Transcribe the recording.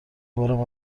بارم